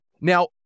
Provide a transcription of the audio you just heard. Now